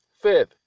Fifth